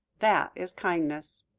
that is kindness.